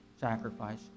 sacrifice